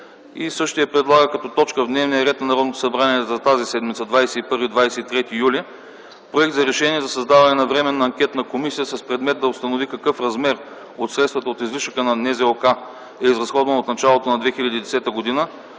който предлага като точка от дневния ред на Народното събрание за тази седмица – 21-23 юли 2010 г., проект на Решение за създаване на Временна анкетна комисия с предмет да установи какъв размер от средствата от излишъка на НЗОК е изразходван от началото на 2010 г.,